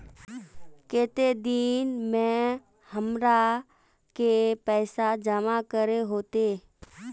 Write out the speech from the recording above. केते दिन में हमरा के पैसा जमा करे होते?